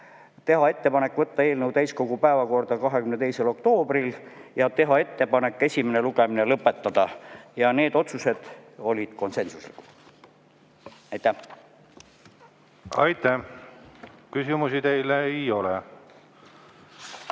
teha ettepanek võtta eelnõu täiskogu päevakorda 22. oktoobril ja teha ettepanek esimene lugemine lõpetada. Need otsused olid konsensuslikud. Aitäh! Aitäh! Küsimusi teile ei ole.